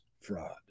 fraud